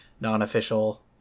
non-official